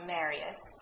Marius